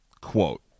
quote